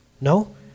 No